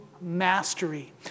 mastery